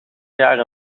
jaar